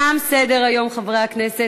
תם סדר-היום, חברי הכנסת.